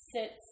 sits